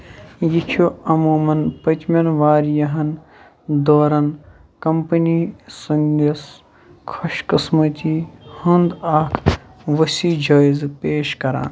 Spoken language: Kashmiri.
یہِ چھُ عموٗمَن پٔتۍمٮ۪ن واریاہَن دورَن کمپنی سٕنٛدِس خۄش قٕسمتی ہُنٛد اَکھ ؤسیع جٲیزٕ پیش کران